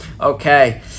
okay